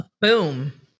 Boom